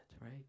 right